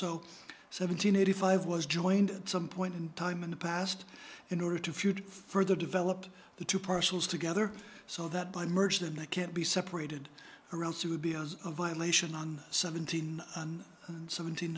so seven hundred eighty five was joined some point in time in the past in order to feud further develop the two parcels together so that by merge them they can't be separated or else it would be a violation on seventeen and seventeen